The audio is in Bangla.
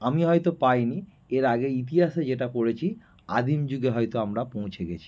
আমি হয়তো পাইনি এর আগে ইতিহাসে যেটা পড়েছি আদিম যুগে হয়তো আমরা পৌঁছে গিয়েছি